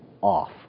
off